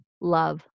love